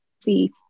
see